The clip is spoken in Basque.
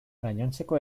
gainontzeko